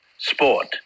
sport